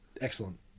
excellent